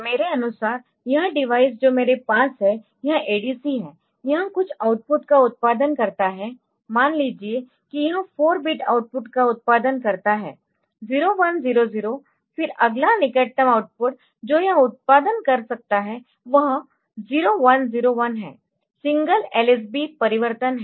मेरे अनुसार यह डिवाइस जो मेरे पास है यह ADC है यह कुछ आउटपुट का उत्पादन करता है मान लीजिए कि यह 4 बिट आउटपुट का उत्पादन करता है 0 1 0 0 फिर अगला निकटतम आउटपुट जो यह उत्पादन कर सकता है वह 0 1 0 1 है सिंगल LSB परिवर्तन है